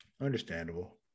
Understandable